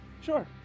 Sure